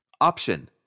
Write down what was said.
option